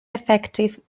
effective